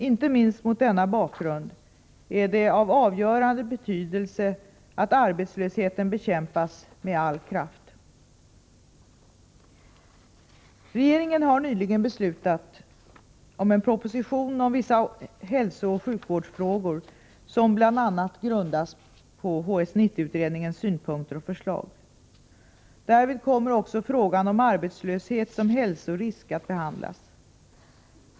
Inte minst mot denna bakgrund är det av avgörande betydelse att arbetslösheten bekämpas med all kraft. Regeringen har nyligen beslutat om en proposition om vissa hälsooch sjukvårdsfrågor, som bl.a. grundas på HS 90-utredningens synpunkter och förslag. Därvid kommer också frågan om arbetslöshet som hälsorisk att behandlas.